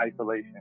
isolation